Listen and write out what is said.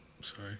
Sorry